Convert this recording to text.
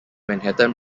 manhattan